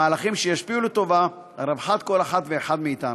מהלכים שישפיעו לטובה על רווחת כל אחת ואחד מאיתנו.